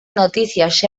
noticias